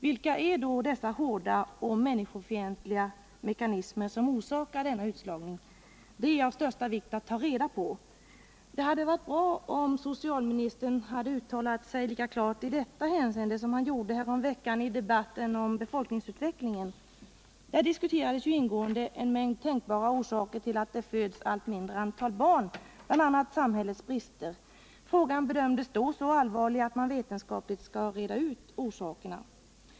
Vilka är då dessa hårda och människofientliga mekanismer som orsakar denna utslagning? Det är av största vikt att ta reda på detta. Det hade varit bra om socialministern hade uttalat sig lika klart i detta hänseende som han gjorde härom veckan i debatten om befolkningsutvecklingen. Där diskuterades ju ingående en mängd tänkbara orsaker till att det föds ett allt mindre antal barn, bl.a. samhällets brister. Frågan bedömdes då som så allvarlig att man vetenskapligt skall reda ut orsakerna.